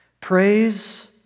Praise